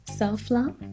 self-love